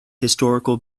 historical